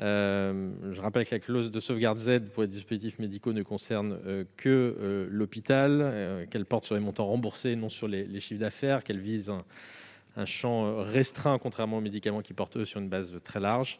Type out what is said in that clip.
je rappelle que la clause de sauvegarde Z pour les dispositifs médicaux ne concerne que l'hôpital, qu'elle porte sur les montants remboursés et non sur les chiffres d'affaires, qu'elle vise un champ restreint, contrairement aux médicaments qui portent eux sur une base très large,